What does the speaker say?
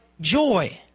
joy